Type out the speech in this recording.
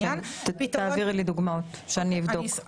תעבירי לי דוגמאות שאני אבדוק.